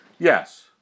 Yes